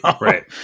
Right